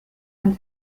and